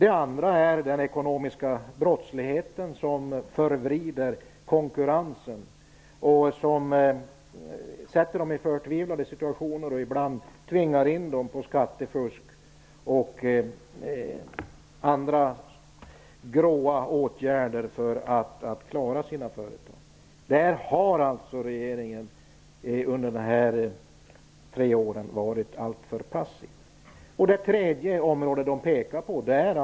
Ett annat problem är den ekonomiska brottsligheten, som förvrider konkurrensen och försätter företagen i svåra situationer, och som ibland tvingar dem till skattefusk och andra ''grå'' åtgärder för att de skall klara sig. Regeringen har varit alltför passiv på det här området under dessa tre år.